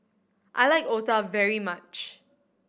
I like otah very much